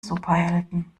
superhelden